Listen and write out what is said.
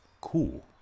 Cool